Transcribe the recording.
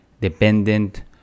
dependent